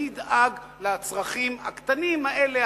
מי ידאג לצרכים הקטנים האלה,